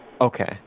Okay